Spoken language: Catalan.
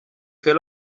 fer